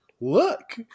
Look